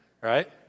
right